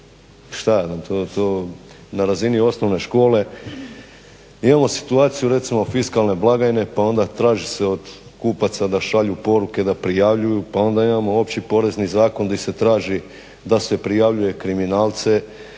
šta ja znam, to na razini osnovne škole. Imamo situaciju recimo fiskalne blagajne, pa onda traži se od kupaca da šalju poruke, da prijavljuju, pa onda imamo Opći Porezni zakon di se traži da se prijavljuje kriminalce.